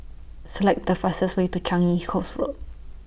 Select The fastest Way to Changi Coast Road